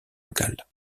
locales